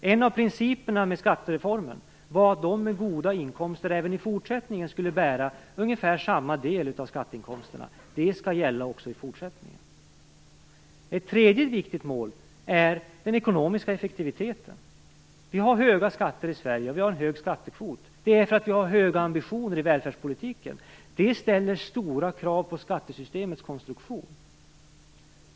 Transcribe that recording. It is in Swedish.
En av principerna i skattereformen var att de med goda inkomster även i fortsättningen skulle bära ungefär samma del av skatteinkomsterna. Det skall gälla också i fortsättningen. Ett tredje viktigt mål är den ekonomiska effektiviteten. Vi har höga skatter i Sverige, vi har en hög skattekvot. Det beror på att vi har höga ambitioner i välfärdspolitiken. Det ställer stora krav på skattesystemets konstruktion.